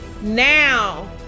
now